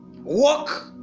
Walk